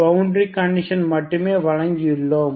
boundary condition மட்டுமே வழங்கியுள்ளோம்